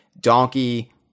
Donkey